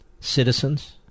citizens